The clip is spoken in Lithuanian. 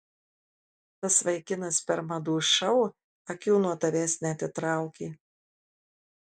tas vaikinas per madų šou akių nuo tavęs neatitraukė